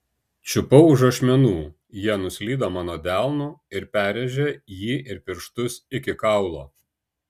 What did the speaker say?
čiupau už ašmenų jie nuslydo mano delnu ir perrėžė jį ir pirštus iki kaulo